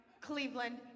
Cleveland